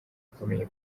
akomeye